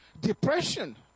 depression